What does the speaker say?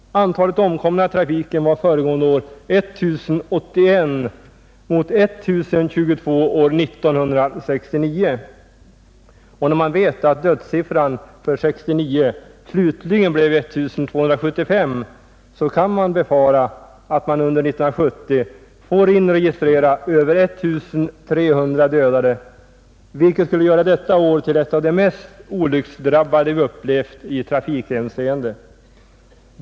Antalet omkomna i trafiken var föregående år 1 081 mot 1022 år 1969. När man vet att dödssiffran för 1969 slutligen blev 1 275 så kan vi befara att man under 1970 får inregistrera över 1 300 dödade, vilket skulle göra detta år till ett av de mest olycksdrabbade vi upplevt i trafikhänseende.